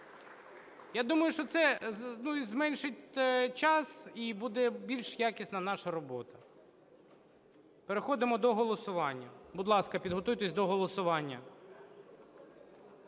Я думаю, що це і зменшить час, і буде більш якісна наша робота. Переходимо до голосування. Будь ласка, підготуйтесь до голосування.